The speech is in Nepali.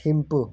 थिम्पू